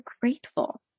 grateful